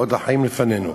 עוד החיים לפנינו.